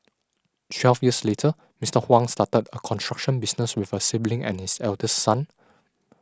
twelve years later Mister Huang started a construction business with a sibling and his eldest son